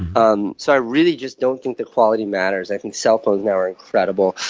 um so i really just don't think the quality matters. i think cell phones now are incredible.